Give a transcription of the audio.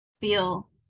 feel